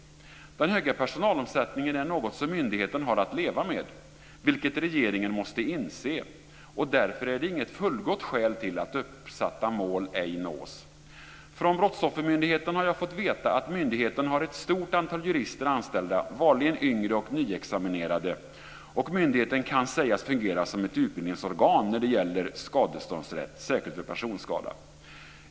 Den höga personalomsättningen är något som myndigheten har att leva med, vilket regeringen måste inse, och därför är det inget fullgott skäl till att uppsatta mål ej nås. Från Brottsoffermyndigheten har jag fått veta att myndigheten har ett stort antal jurister anställda, vanligen yngre och nyexaminerade. Den kan sägas fungera som ett utbildningsorgan när det gäller skadeståndsrätt, särskilt vid personskada.